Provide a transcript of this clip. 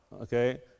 Okay